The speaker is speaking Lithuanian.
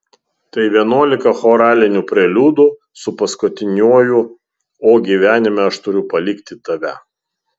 tai vienuolika choralinių preliudų su paskutiniuoju o gyvenime aš turiu palikti tave